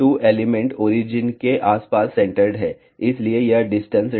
और ये 2 element origin के आसपास सेंटर्ड हैं इसलिए यह डिस्टेंस d 2 है यह भी d 2 है